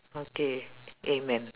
okay amen